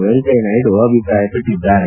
ವೆಂಕಯ್ಲನಾಯ್ಡ ಅಭಿಪ್ರಾಯಪಟ್ಟಿದ್ದಾರೆ